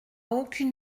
aucune